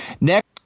Next